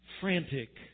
frantic